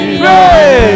pray